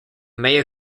may